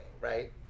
right